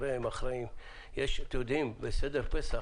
בסדר פסח